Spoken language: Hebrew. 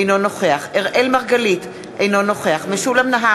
אינו נוכח אראל מרגלית, אינו נוכח